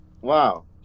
Wow